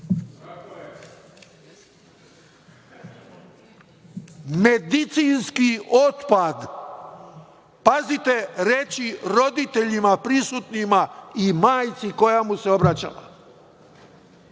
medicinski otpad. Pazite, reći roditeljima prisutnima i majci koja mu se obraćala.